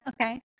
Okay